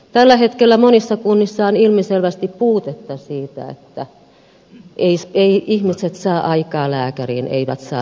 tällä hetkellä monissa kunnissa on ilmiselvästi puutetta siinä että eivät ihmiset saa aikaa lääkäriin eivät saa lääkäripalveluita